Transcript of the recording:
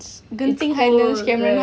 it's cold right